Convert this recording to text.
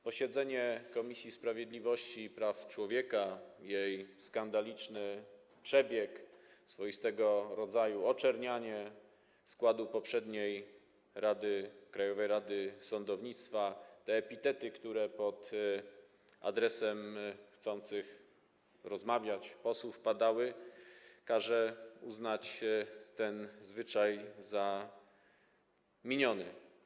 Posiedzenie Komisji Sprawiedliwości i Praw Człowieka, jego skandaliczny przebieg, swoistego rodzaju oczernianie składu poprzedniej Krajowej Rady Sądownictwa, epitety, które padały pod adresem chcących rozmawiać posłów, każą uznać ten zwyczaj za miniony.